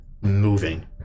moving